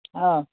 हँ